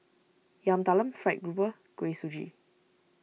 Yam Talam Fried Grouper Kuih Suji